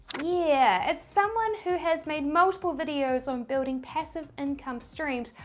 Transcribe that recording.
yeah as someone who has made multiple videos on building passive income streams,